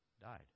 died